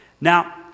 Now